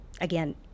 again